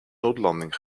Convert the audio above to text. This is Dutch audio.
noodlanding